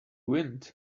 wind